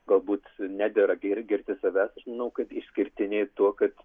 galbūt nedera gir girti savęs nu kaip išskirtiniai tuo kad